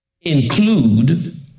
include